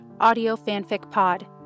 audiofanficpod